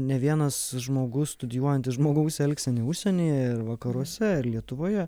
ne vienas žmogus studijuojantis žmogaus elgseną užsienyje vakaruose ir lietuvoje